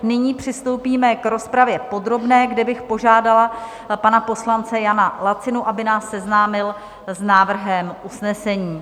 Nyní přistoupíme k rozpravě podobné, kde bych požádala pana poslance Jana Lacinu, aby nás seznámil s návrhem usnesení.